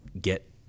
get